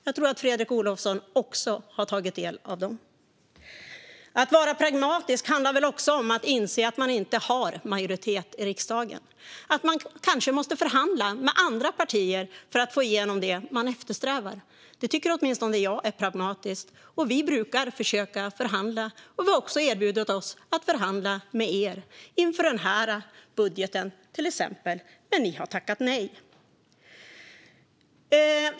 Jag tror att även Fredrik Olovsson har tagit del av dem. Att vara pragmatisk handlar väl också om att inse att man inte har majoritet i riksdagen utan kanske måste förhandla med andra partier för att få igenom det man eftersträvar. Det tycker åtminstone jag är pragmatiskt. Vi brukar försöka förhandla, och vi har också erbjudit oss att förhandla med er, till exempel inför den här budgeten. Men ni har tackat nej.